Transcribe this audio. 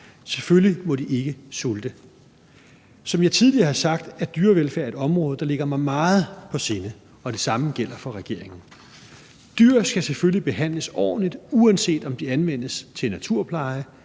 selvfølgelig må de ikke sulte. Som jeg tidligere har sagt, er dyrevelfærd et område, der ligger mig meget på sinde, og det samme gælder for regeringen. Dyr skal selvfølgelig behandles ordentligt, uanset om de anvendes til naturpleje